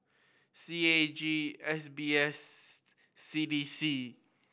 C A G S B S C D C